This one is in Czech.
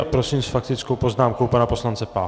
Prosím s faktickou poznámkou pana poslance Pávka.